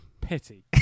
pity